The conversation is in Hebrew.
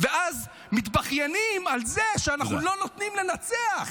ואז מתבכיינים על זה שאנחנו לא נותנים לנצח.